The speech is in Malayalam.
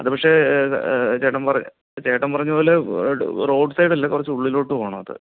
അതു പക്ഷേ ചേട്ടൻ പറ ചേട്ടൻ പറഞ്ഞതുപോലെ റോഡ് സൈഡല്ല കുറച്ചുള്ളിലോട്ട് പോകണം അത്